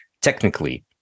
technically